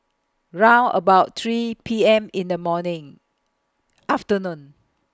round about three P M in The morning afternoon